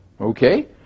Okay